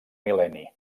mil·lenni